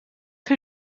who